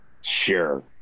Sure